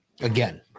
Again